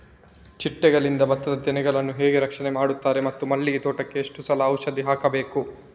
ಚಿಟ್ಟೆಗಳಿಂದ ಭತ್ತದ ತೆನೆಗಳನ್ನು ಹೇಗೆ ರಕ್ಷಣೆ ಮಾಡುತ್ತಾರೆ ಮತ್ತು ಮಲ್ಲಿಗೆ ತೋಟಕ್ಕೆ ಎಷ್ಟು ಸಲ ಔಷಧಿ ಹಾಕಬೇಕು?